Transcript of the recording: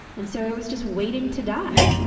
and so i was just waiting to die,